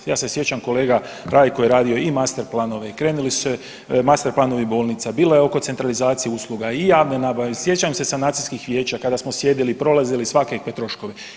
Ja se sjećam kolega Rajko je radio i master planove i krenuli su master planovi bolnica, bilo je oko centralizacije usluga i javne nabave, sjećam se sanacijskih vijeća kada smo sjedili i prolazili svakakve troškove.